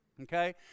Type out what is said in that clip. Okay